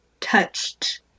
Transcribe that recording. touched